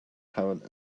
have